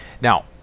Now